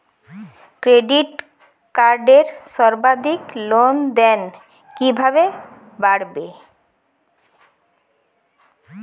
Credit কার্ডের সর্বাধিক লেনদেন কিভাবে বাড়াবো?